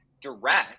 direct